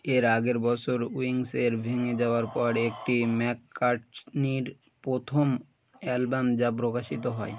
এর আগের বছর উইংস এর ভেঙে যাওয়ার পর এটি ম্যাককার্টনির প্রথম অ্যালবাম যা প্রকাশিত হয়